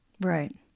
Right